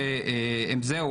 הרגישו שזהו,